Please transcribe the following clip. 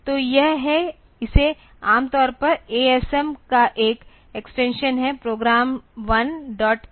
तो यह है इसे आम तौर पर asm का एक एक्सटेंशन है Prog1asm